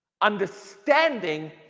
Understanding